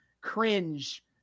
cringe